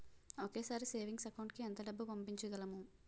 ఒకేసారి savings account కి ఎంత డబ్బు పంపించగలము?